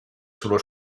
sullo